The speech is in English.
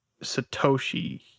Satoshi